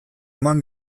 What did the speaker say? eman